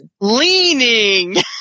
leaning